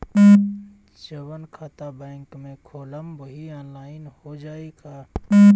जवन खाता बैंक में खोलम वही आनलाइन हो जाई का?